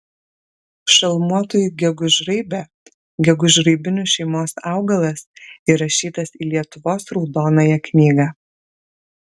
šalmuotoji gegužraibė gegužraibinių šeimos augalas įrašytas į lietuvos raudonąją knygą